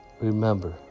remember